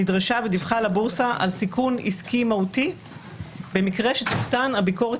נדרשה ודיווחה לבורסה על סיכון עסקי מהותי במקרה שתוקטן הביקורת